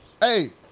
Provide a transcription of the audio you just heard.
Hey